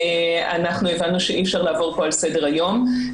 אנחנו הבנו שאי אפשר לעבור פה לסדר היום.